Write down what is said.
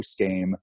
postgame